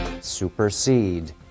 supersede